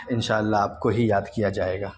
ان شاء اللہ آپ کو ہی یاد کیا جائے گا